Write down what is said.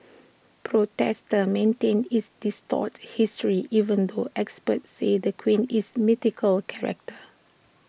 protesters the maintain it's distorts history even though experts say the queen is mythical character